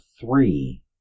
three